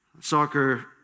soccer